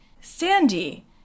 Sandy